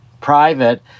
private